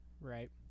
right